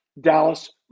Dallas